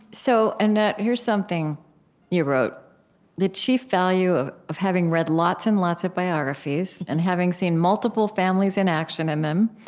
so annette, here's something you wrote the chief value of of having read lots and lots of biographies, and having seen multiple families in action in them,